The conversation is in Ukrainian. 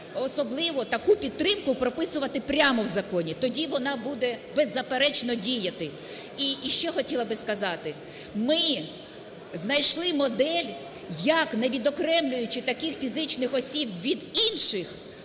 особливо таку підтримку прописувати прямо в законі. Тоді вона буде, беззаперечно, діяти. І ще хотіла би сказати. Ми знайшли модель, як, не відокремлюючи таких фізичних осіб від інших,